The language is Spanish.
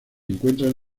encuentran